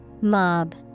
Mob